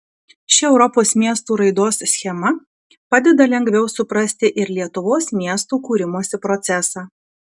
ši europos miestų raidos schema padeda lengviau suprasti ir lietuvos miestų kūrimosi procesą